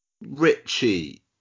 Richie